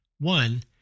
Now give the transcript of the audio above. One